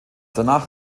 danach